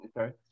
Okay